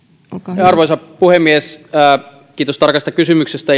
arvoisa puhemies kiitos tarkasta kysymyksestä